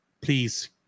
Please